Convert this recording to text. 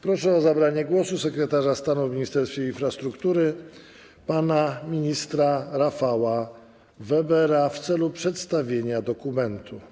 Proszę o zabranie głosu sekretarza stanu w Ministerstwie Infrastruktury, pana ministra Rafała Webera w celu przedstawienia dokumentu.